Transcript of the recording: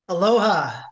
Aloha